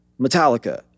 Metallica